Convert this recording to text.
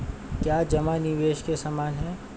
क्या जमा निवेश के समान है?